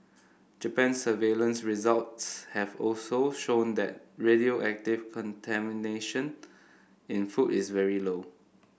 Japan's surveillance results have also shown that radioactive contamination in food is very low